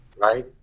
right